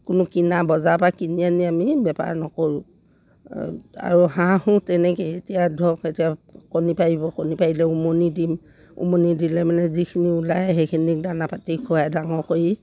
কোনো কিনা বজাৰৰপৰা কিনি আনি আমি বেপাৰ নকৰোঁ আৰু হাঁহো তেনেকৈ এতিয়া ধৰক এতিয়া কণী পাৰিব কণী পাৰিলে উমনি দিম উমনি দিলে মানে যিখিনি ওলাই সেইখিনিক দানা পাতি খোৱাই ডাঙৰ কৰি